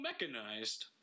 mechanized